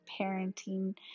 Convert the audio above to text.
parenting